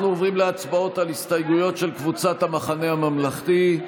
אנחנו עוברים להצבעות על הסתייגויות של קבוצת המחנה הממלכתי.